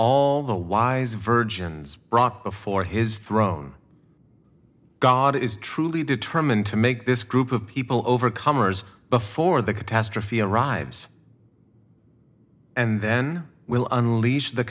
all the wise virgins brought before his throne god is truly determined to make this group of people overcomers before the catastrophe arrives and then will unleash the